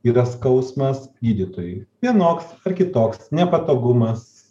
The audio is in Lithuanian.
yra skausmas gydytojui vienoks ar kitoks nepatogumas